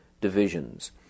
divisions